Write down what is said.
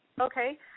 Okay